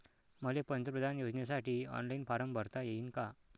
मले पंतप्रधान योजनेसाठी ऑनलाईन फारम भरता येईन का?